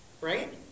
right